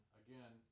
again